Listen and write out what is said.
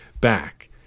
back